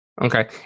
Okay